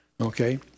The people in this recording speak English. Okay